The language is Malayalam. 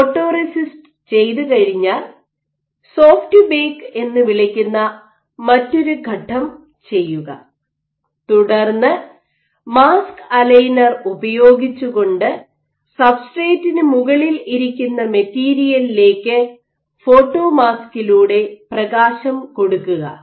ഫോട്ടോറെസിസ്റ്റ് ചെയ്തുകഴിഞ്ഞാൽ സോഫ്റ്റ് ബേക്ക് എന്ന് വിളിക്കുന്ന മറ്റൊരു ഘട്ടം ചെയ്യുക തുടർന്ന് മാസ്ക് അലൈനർ ഉപയോഗിച്ചുകൊണ്ട് സബ്സ്ട്രേറ്റിനു മുകളിൽ ഇരിക്കുന്ന മെറ്റീരിയലിലേക്ക് ഫോട്ടോ മാസ്കിലൂടെ പ്രകാശം കൊടുക്കുക